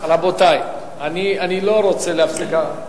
רבותי, אני לא רוצה להפסיק.